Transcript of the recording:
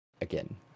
again